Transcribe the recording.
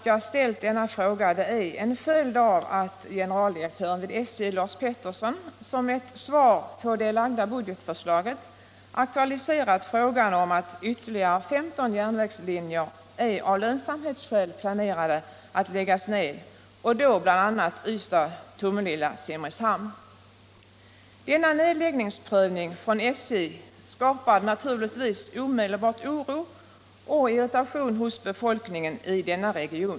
Jag ber att få tacka kommunikationsministern för svaret på min fråga.